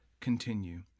continue